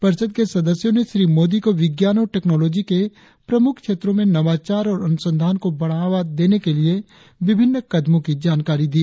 परिषद के सदस्यों ने श्री मोदी को विज्ञान और टेक्नोलॉजी के प्रमुख क्षेत्रों में नवाचार और अनुसंधान को बढ़ावा देने के लिए विभिन्न कदमों की जानकारी दी